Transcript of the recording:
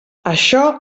això